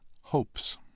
Hopes